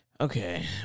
Okay